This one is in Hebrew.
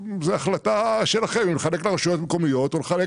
ההחלטה שלכם היא לחלק לרשויות המקומיות או לחלק